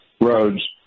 roads